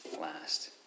last